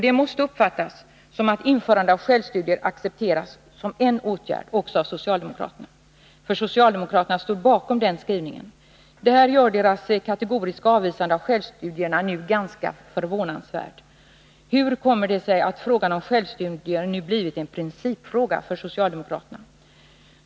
Det måste uppfattas som att införandet av självstudier accepteras som en åtgärd också av socialdemokraterna, eftersom socialdemokraterna står bakom den skrivningen. Därför blir man ganska förvånad över deras kategoriska avvisande av självstudierna i dag. Hur kommer det sig att frågan om självstudier nu har blivit en principfråga för socialdemokraterna?